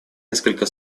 несколько